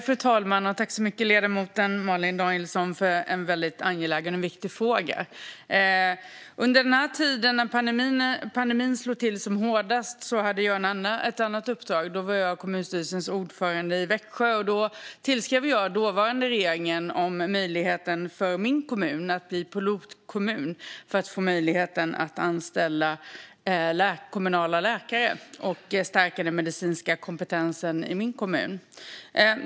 Fru talman! Tack så mycket, ledamoten Malin Danielsson, för en väldigt angelägen och viktig fråga! När pandemin slog till som hårdast hade jag ett annat uppdrag. Då var jag kommunstyrelsens ordförande i Växjö och tillskrev dåvarande regering om möjligheten för min kommun att bli pilotkommun för att få möjligheten att anställa kommunala läkare och stärka den medicinska kompetensen i min kommun.